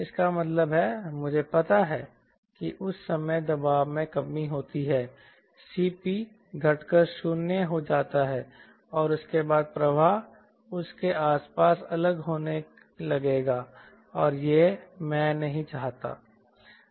इसका मतलब है मुझे पता है कि उस समय दबाव में कमी होती है Cp घटकर 0 हो जाता है और उसके बाद प्रवाह उस के आसपास अलग होने लगेगा और यह मैं नहीं चाहता